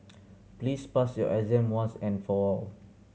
please pass your exam once and for all